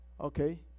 Okay